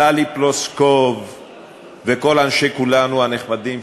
טלי פלוסקוב וכל אנשי כולנו הנחמדים,